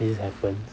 this happens